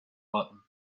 button